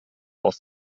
aus